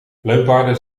luipaarden